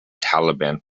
taliban